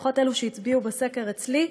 לפחות אלה שהצביעו בסקר אצלי,